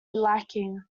lacking